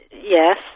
Yes